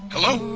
ah o